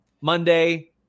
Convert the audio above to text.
Monday